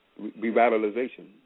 revitalization